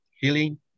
healing